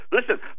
Listen